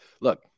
Look